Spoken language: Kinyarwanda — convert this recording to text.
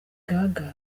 gaga